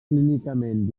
clínicament